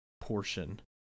portion